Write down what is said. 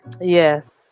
yes